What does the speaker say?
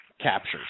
captures